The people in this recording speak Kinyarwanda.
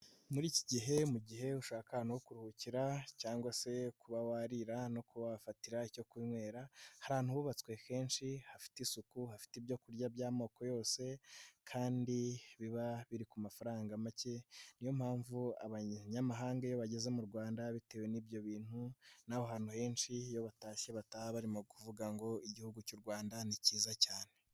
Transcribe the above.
Muri iki gihe mu gihe ushaka no kuruhukira cyangwa se kuba warira no kubafatira icyo kunywera, hari ahantu hubatswe henshi hafite isuku, hafite ibyo kurya by'amoko yose kandi biba biri ku mafaranga make, ni yo mpamvu abanyamahanga iyo bageze mu Rwanda bitewe n'ibyo bintu n'aho hantu henshi, iyo batashye bataha barimo kuvuga ngo Igihugu cy'u Rwanda ni kiza cyane.